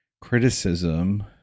criticism